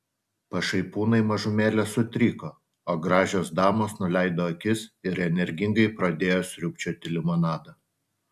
pašaipūnai mažumėlę sutriko o gražios damos nuleido akis ir energingai pradėjo sriubčioti limonadą